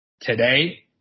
Today